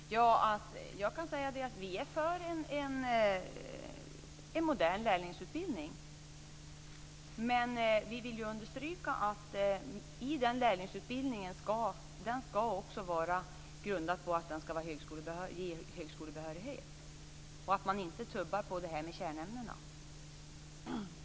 Fru talman! Jag kan säga att vi är för en modern lärlingsutbildning. Men vi vill understryka att grunden i den lärlingsutbildningen ska ge högskolebehörighet och att man inte ska tubba på kärnämnena.